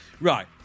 Right